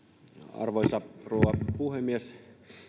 arvoisa rouva puhemies